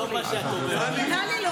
זה טוב, טלי.